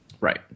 Right